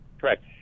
Correct